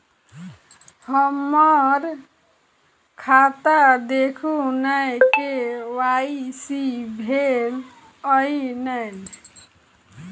हम्मर खाता देखू नै के.वाई.सी भेल अई नै?